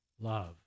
love